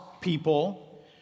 people